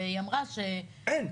אין.